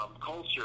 culture